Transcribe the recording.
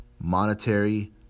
monetary